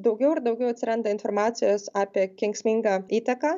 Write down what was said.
daugiau ir daugiau atsiranda informacijos apie kenksmingą įtaką